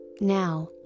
now